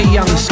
Young